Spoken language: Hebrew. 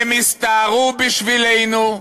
הם הסתערו בשבילנו,